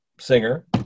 singer